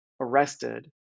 arrested